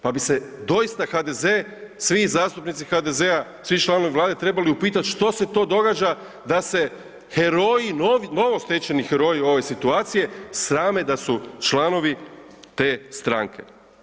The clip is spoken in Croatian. Pa bi se doista HDZ, svi zastupnici HDZ-a, svi članovi Vlade trebali upitati što se to događa da se heroji, novostečeni heroji ove situacije, srame da su članovi te stranke.